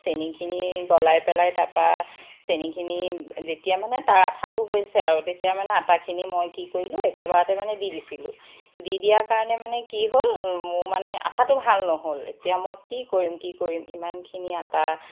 চেনিখিনি গলাই পেলাই তাপা চেনিখিনি যেতিয়া মানে তাৰ আঠাটো হৈছে আৰু তেতিয়া মানে মই আটাখিনি কি কৰিলোঁ একেবাৰতে মানে দি দিছিলোঁ দি দিয়াৰ কাৰণে মানে কি হ'ল মোৰ মানে আঠাটো ভাল নহ'ল এতিয়া মই কি কৰিম কি কৰিম ইমানখিনি আটা